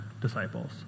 disciples